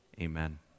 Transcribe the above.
Amen